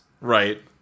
Right